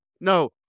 No